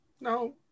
No